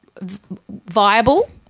viable